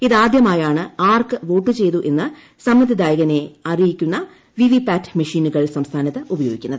ഇതാദ്യമായാണ് ആർക്ക് വോട്ട് ചെയ്തു എന്ന് സമ്മതിദായകനെ അറിയിക്കുന്ന വിവിപാറ്റ് മെഷീനുകൾ സംസ്ഥാനത്ത് ഉപയോഗിക്കുന്നത്